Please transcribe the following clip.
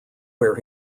where